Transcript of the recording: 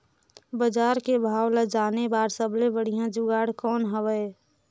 बजार के भाव ला जाने बार सबले बढ़िया जुगाड़ कौन हवय?